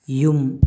ꯌꯨꯝ